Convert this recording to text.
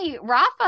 Rafa